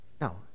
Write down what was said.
Now